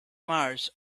mars